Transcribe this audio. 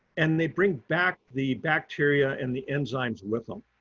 and they bring back the bacteria and the enzymes with them.